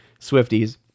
Swifties